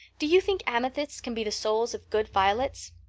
do you think amethysts can be the souls of good violets?